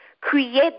create